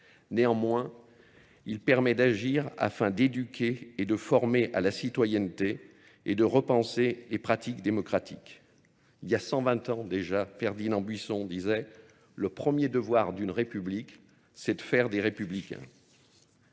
Néanmoins, Il permet d'agir afin d'éduquer et de former à la citoyenneté et de repenser les pratiques démocratiques. Il y a 120 ans déjà, Ferdinand Buisson disait « Le premier devoir d'une République, c'est de faire des Républicains ».